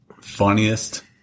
funniest